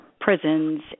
prisons